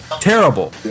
Terrible